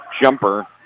jumper